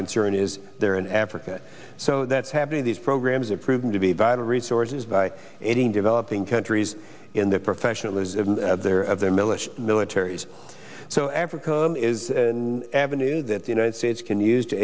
concern is there in africa so that's happening these programs have proven to be vital resources by aiding developing countries in the professionalism of their militia militaries so africa is avenue that the united states can use to